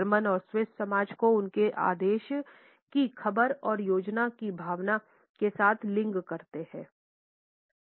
German और Swiss समय को उनके आदेश की ख़बर और योजना की भावना के साथ लिंक करते हैं